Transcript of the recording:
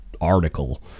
article